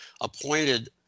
appointed